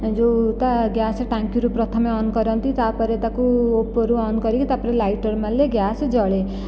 ଯେଉଁ ତା ଗ୍ୟାସ୍ ଟାଙ୍କିରୁ ପ୍ରଥମେ ଅନ୍ କରନ୍ତି ତାପରେ ତାକୁ ଉପରୁ ଅନ୍ କରିକି ତାପରେ ଲାଇଟର ମାରିଲେ ଗ୍ୟାସ୍ ଜଳେ